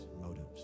motives